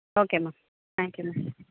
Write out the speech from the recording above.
okay ma'am thank you ma'am